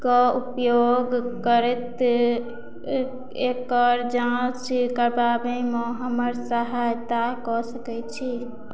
कऽ उपयोग करैत ए एकर जाँच कराबैमे हमर सहायता कऽ सकैत छी